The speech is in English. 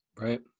Right